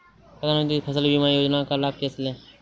प्रधानमंत्री फसल बीमा योजना का लाभ कैसे लें?